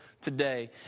Today